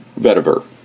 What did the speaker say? Vetiver